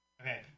Okay